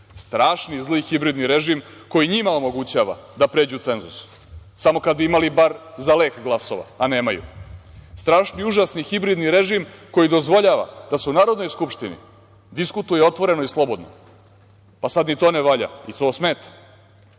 Strašni zli hibridni režim koji njima omogućava da pređu cenzus. Samo kada bi imali bar za lek glasova, a nemaju. Strašni, užasni hibridni režim koji dozvoljava da se u Narodnoj skupštini diskutuje otvoreno i slobodno. Sada i to ne valja i to vam smeta.